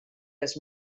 les